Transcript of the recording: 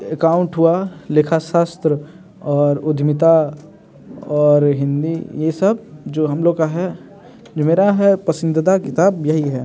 account हुआ लेखाशास्त्र और और हिंदी ये सब जो हम लोग का है जो मेरा है पसंदीदा किताब यही है